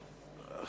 והגנת הסביבה נתקבלה.